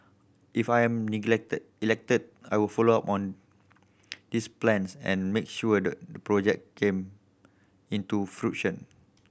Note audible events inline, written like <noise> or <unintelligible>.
if I'm <unintelligible> elected I will follow on these plans and make sure the project came into fruition